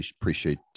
appreciate